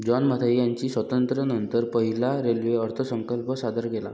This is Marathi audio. जॉन मथाई यांनी स्वातंत्र्यानंतर पहिला रेल्वे अर्थसंकल्प सादर केला